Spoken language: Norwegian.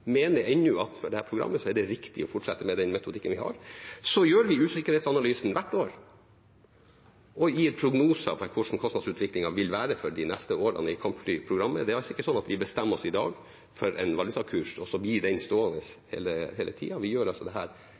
mener ennå at for dette programmet er det riktig å fortsette med den metodikken vi har. Vi gjør hvert år usikkerhetsanalyse og gir prognoser for hvordan kostnadsutviklingen i kampflyprogrammet vil være for de neste årene. Det er ikke sånn at vi bestemmer oss i dag for en valutakurs, og så blir den stående hele tida. Vi gjør denne usikkerhetsanalysen hvert år, og så informerer vi Stortinget om det. Derfor mener vi at vi er